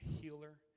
healer